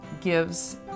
Gives